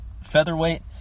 featherweight